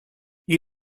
you